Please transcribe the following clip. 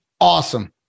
Awesome